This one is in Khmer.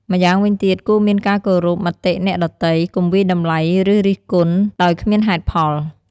ម្យ៉ាងវិញទៀតគួរមានការគោរពមតិអ្នកដ៏ទៃ កុំវាយតម្លៃឬរិះគន់ដោយគ្មានហេតុផល។